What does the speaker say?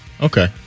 Okay